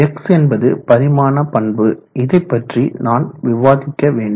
X என்பது பரிமாண பண்பு இதைப்பற்றி நான் விவாதிக்க வேண்டும்